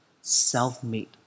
self-made